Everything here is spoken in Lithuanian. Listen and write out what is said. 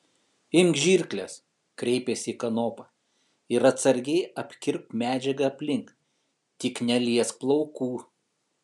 imk žirkles kreipėsi į kanopą ir atsargiai apkirpk medžiagą aplink tik neliesk plaukų